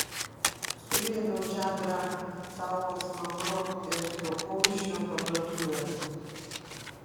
sugriebiau čadrą sau po smakru ir sprukau iš jo parduotuvės